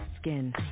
skin